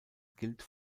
gilt